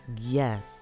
Yes